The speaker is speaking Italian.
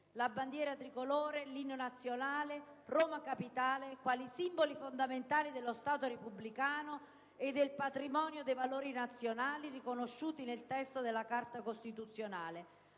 bandiera tricolore, nell'inno nazionale ed in Roma capitale i simboli fondamentali dello Stato repubblicano e del patrimonio dei valori nazionali riconosciuti nel resto della Carta costituzionale,